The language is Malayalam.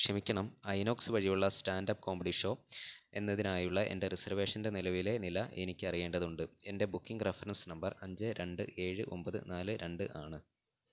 ക്ഷമിക്കണം ഐനോക്സ് വഴിയുള്ള സ്റ്റാൻഡപ്പ് കോമഡി ഷോ എന്നതിനായുള്ള എൻ്റെ റിസർവേഷൻ്റെ നിലവിലെ നില എനിക്ക് അറിയേണ്ടതുണ്ട് എൻ്റെ ബുക്കിംഗ് റഫറൻസ് നമ്പർ അഞ്ച് രണ്ട് ഏഴ് ഒമ്പത് നാല് രണ്ട് ആണ്